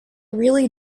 really